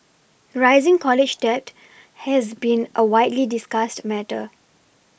rising college debt has been a widely discussed matter